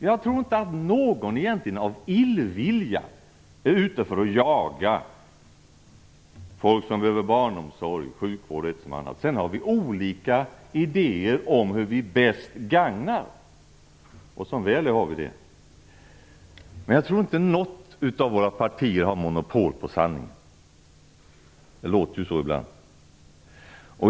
Jag tror inte att någon egentligen av illvilja är ute för att jaga människor som behöver barnomsorg, sjukvård och ett som annat. Sedan har vi olika idéer om hur vi bäst gagnar människors behov. Som väl är har vi det. Men jag tror inte att något av våra partier har monopol på sanningen - det låter så ibland.